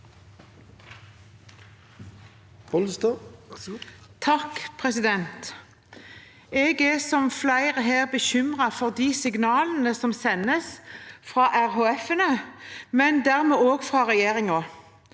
(KrF) Jeg er, som flere her, bekymret for de signalene som sendes fra RHF-ene, og dermed også fra regjeringen.